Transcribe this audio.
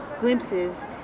glimpses